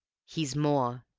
he's more,